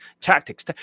tactics